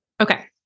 Okay